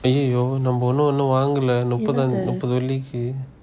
அய்யய்யோ நம்ம இன்னும் இன்னும் வங்காள முப்பது வேளைக்கி:aiyaiyo namma inum inum vangala muppathu velliki